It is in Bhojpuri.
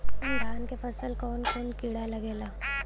धान के फसल मे कवन कवन कीड़ा लागेला?